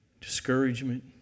Discouragement